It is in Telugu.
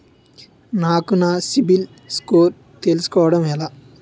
నాకు నా సిబిల్ స్కోర్ తెలుసుకోవడం ఎలా?